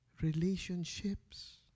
relationships